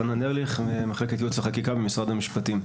חנן ארליך ממחלקת ייעוץ וחקיקה במשרד המשפטים.